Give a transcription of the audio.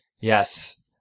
yes